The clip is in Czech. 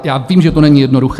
Já vím, že to není jednoduché.